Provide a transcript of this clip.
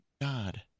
God